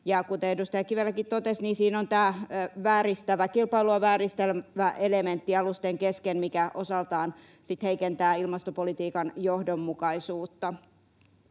Kuten edustaja Kiveläkin totesi, niin siinä on tämä kilpailua vääristävä elementti alusten kesken, mikä osaltaan sitten heikentää ilmastopolitiikan johdonmukaisuutta.